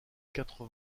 quatre